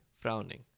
frowning